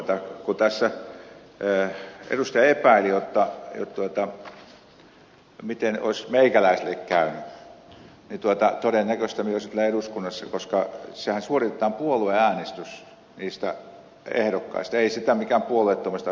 kun tässä edustaja epäili jotta miten olisi meikäläiselle käynyt niin todennäköisesti minä olisin täällä eduskunnassa koska niistä ehdokkaista suoritetaan puolueäänestys ei niitä mikään puoluetoimisto aseta